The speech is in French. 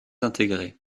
intégrés